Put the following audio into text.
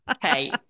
hey